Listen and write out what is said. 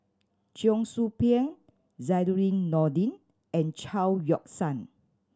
Cheong Soo Pieng Zainudin Nordin and Chao Yoke San